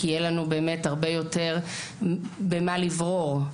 כי יהיה לנו הרבה יותר ממה לברור.